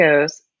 goes